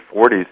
40s